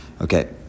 Okay